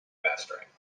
mastering